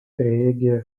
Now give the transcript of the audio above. treege